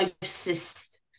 closest